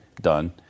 done